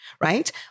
right